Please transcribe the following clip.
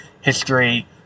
history